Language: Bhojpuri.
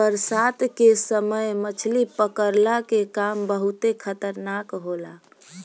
बरसात के समय मछली पकड़ला के काम बहुते खतरनाक होला